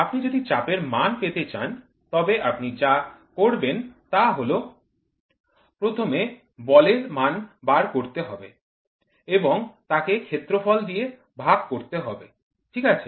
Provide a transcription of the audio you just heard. আপনি যদি চাপের মান পেতে চান তবে আপনি যা করবেন তা হল প্রথমে বল এর মান বার করতে হবে এবং তাকে ক্ষেত্রফল দিয়ে ভাগ করতে হবে ঠিক আছে